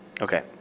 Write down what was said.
Okay